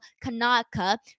kanaka